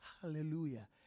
Hallelujah